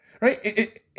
Right